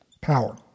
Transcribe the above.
power